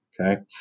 Okay